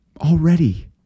Already